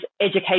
education